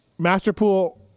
Masterpool